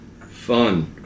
Fun